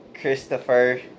Christopher